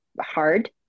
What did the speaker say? hard